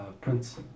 prince